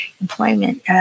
employment